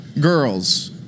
Girls